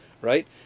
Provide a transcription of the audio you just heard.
right